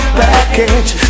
package